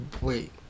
Wait